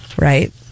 right